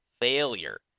failure